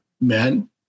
men